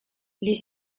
les